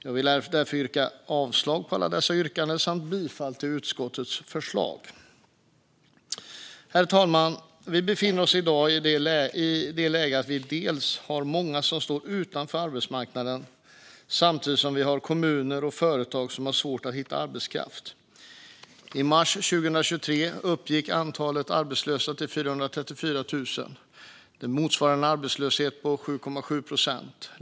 Jag yrkar därför avslag på alla dessa motionsyrkanden samt bifall till utskottets förslag i betänkandet. Herr talman! Vi befinner oss i dag i det läget att vi har många som står utanför arbetsmarknaden samtidigt som vi har kommuner och företag som har svårt att hitta arbetskraft. I mars 2023 uppgick antalet arbetslösa till 434 000. Detta motsvarar en arbetslöshet på 7,7 procent.